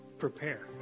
prepare